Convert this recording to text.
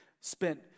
spent